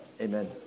Amen